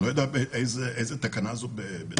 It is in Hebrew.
אני לא יודע איזו תקנה זאת בטבריה,